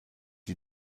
you